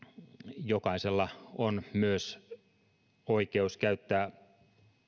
jokaisella on myös oikeus käyttää